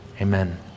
Amen